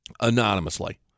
anonymously